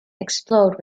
explode